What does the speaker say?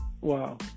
Wow